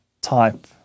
type